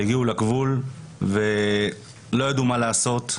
הגיעו לגבול ולא ידעו מה לעשות.